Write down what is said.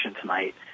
tonight